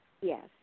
Yes